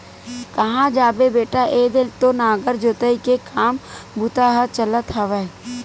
काँहा जाबे बेटा ऐदे तो नांगर जोतई के काम बूता ह चलत हवय